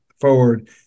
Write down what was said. forward